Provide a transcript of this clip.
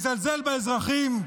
מזלזל באזרחים,